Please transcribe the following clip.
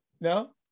No